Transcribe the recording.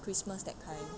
christmas that kind